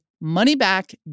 money-back